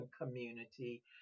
community